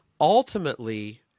ultimately